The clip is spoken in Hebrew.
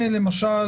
למשל,